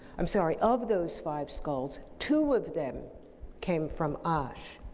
i'm sorry, of those five skulls, two of them came from asch.